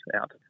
out